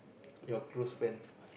your close friend